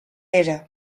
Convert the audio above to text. era